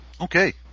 Okay